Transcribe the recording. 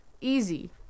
easy